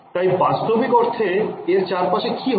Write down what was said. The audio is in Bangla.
তাই বাস্তবিক অর্থে এর চারপাশে কি হবে